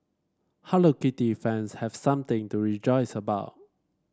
Hello Kitty fans have something to rejoice about